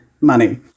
money